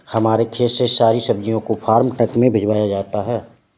हमारे खेत से सारी सब्जियों को फार्म ट्रक में भिजवाया जाता है